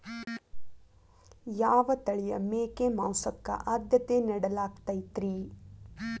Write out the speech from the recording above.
ಯಾವ ತಳಿಯ ಮೇಕೆ ಮಾಂಸಕ್ಕ, ಆದ್ಯತೆ ನೇಡಲಾಗತೈತ್ರಿ?